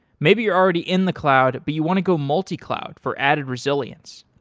maybe you're already in the cloud but you want to go multi cloud for added resilience.